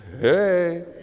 Hey